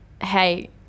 hey